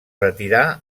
retirà